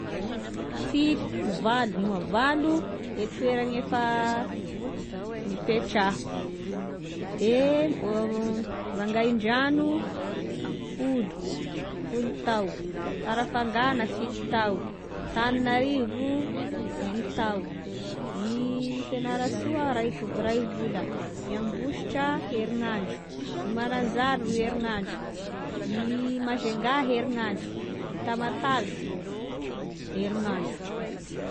Fit- valo moa, valo e toeragna efa nipetrahako, de o Vangaindrano folo, folo tao, Farafangana fito tao, Tananarivo eny tao, i Fianarasoa raiky vo- ray vola, i Ambositra herignandro, i Mananjary roy herignandro, i Majunga herignandro, i Tamatavy herignandro.